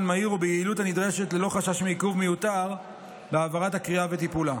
מהיר וביעילות הנדרשת ללא חשש מעיכוב מיותר בהעברת הקריאה וטיפולה.